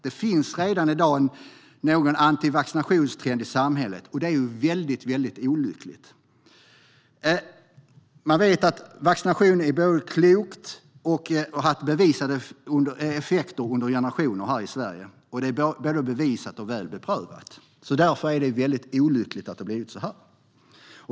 Det finns redan i dag en anti-vaccinationstrend i samhället, och det är väldigt olyckligt. Man vet att det är klokt med vaccinationer. Det har haft bevisade effekter under generationer här i Sverige. Det är både bevisat och väl beprövat. Därför är det väldigt olyckligt att det har blivit så här.